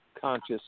conscious –